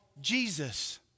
Jesus